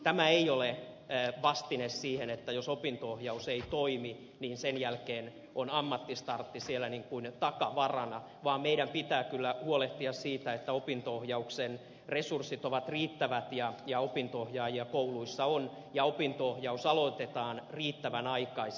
tämä ei ole vastine siihen että jos opinto ohjaus ei toimi niin sen jälkeen on ammattistartti siellä niin kuin takavarana vaan meidän pitää kyllä huolehtia siitä että opinto ohjauksen resurssit ovat riittävät opinto ohjaajia kouluissa on ja opinto ohjaus aloitetaan riittävän aikaisin